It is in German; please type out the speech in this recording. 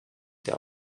der